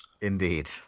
Indeed